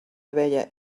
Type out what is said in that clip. abella